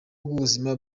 bw’ubuzima